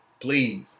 please